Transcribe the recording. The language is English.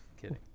Kidding